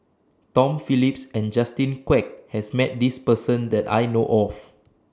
Tom Phillips and Justin Quek has Met This Person that I know of